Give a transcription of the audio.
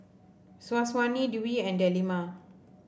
Syazwani Dwi and Delima